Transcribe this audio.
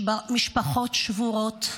משפחות שבורות,